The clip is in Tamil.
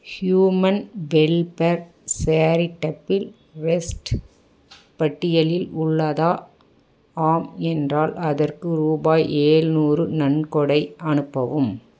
ஹியூமன் வெல்ஃபேர் சேரிட்டபிள் டிரஸ்ட் பட்டியலில் உள்ளதா ஆம் என்றால் அதற்கு ரூபாய் எழுநூறு நன்கொடை அனுப்பவும்